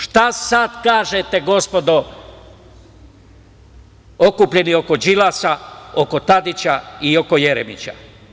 Šta sad kažete, gospodo okupljeni oko Đilasa, oko Tadića i oko Jeremića?